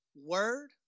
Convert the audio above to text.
word